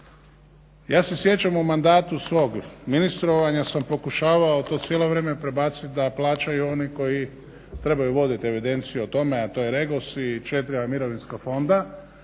Ja se sjećam u mandatu svog ministrovanja sam pokušavao to cijelo vrijeme prebacit da plaćaju oni koji trebaju vodit evidenciju o tome, a to je Regos i četiri ova mirovinska fonda